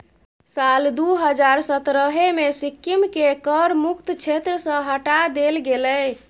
साल दू हजार सतरहे मे सिक्किमकेँ कर मुक्त क्षेत्र सँ हटा देल गेलै